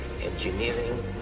engineering